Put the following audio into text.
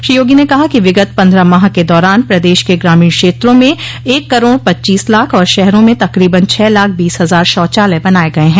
श्री योगी ने कहा कि विगत पन्द्रह माह के दौरान प्रदेश के ग्रामीण क्षेत्रों में एक करोड़ पच्चीस लाख और शहरों में तकरीबन छह लाख बीस हजार शौचालय बनाये गये हैं